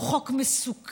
הוא חוק מסוכן,